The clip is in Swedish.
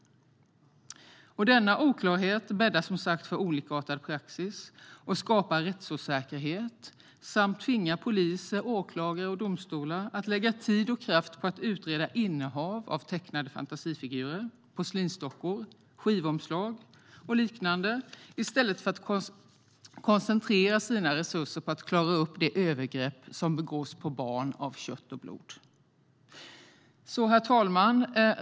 Denna oklarhet bäddar som sagt för olikartad praxis och skapar rättsosäkerhet. Den tvingar också poliser, åklagare och domstolar att lägga tid och kraft på att utreda innehav av tecknade fantasifigurer, porslinsdockor, skivomslag och liknande i stället för att koncentrera sina resurser på att klara upp de övergrepp som begås på barn av kött och blod. Herr talman!